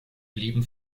blieben